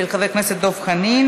של חבר הכנסת דב חנין.